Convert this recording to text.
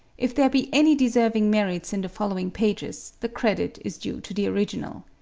if there be any deserving merits in the following pages the credit is due to the original.